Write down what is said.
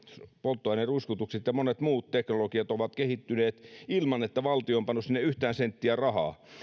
polttoaineruiskutukset ja monet muut teknologiat ovat kehittyneet ilman että valtio on pannut sinne yhtään senttiä rahaa